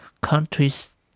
countries